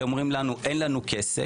אתם אומרים לנו אין לנו כסף,